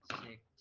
six